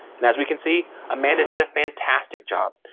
and as we can see, amanda did a fantastic job.